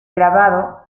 grabado